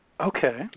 okay